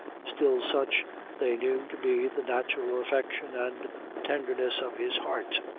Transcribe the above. still such they knew to be the natural affection and tenderness of his heart,